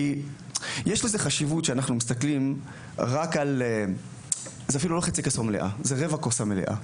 יש חשיבות כשאנחנו מסתכלים רק על רבע הכוס המלאה.